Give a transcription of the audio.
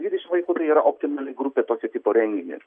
dvidešimt vaikų tai yra optimali grupė tokio tipo renginiui